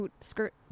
skirt